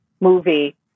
movie